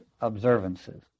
observances